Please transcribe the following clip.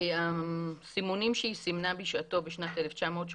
הסימונים שהיא סימנה בשעתו, בשנת 1983,